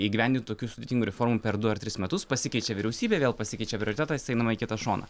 įgyvendint tokių sudėtingų reformų per du ar tris metus pasikeičia vyriausybė vėl pasikeičia prioritetas einama į kitą šoną